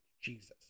Jesus